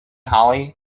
hollie